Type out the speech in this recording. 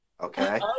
okay